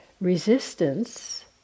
resistance